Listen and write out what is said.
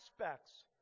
aspects